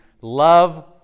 love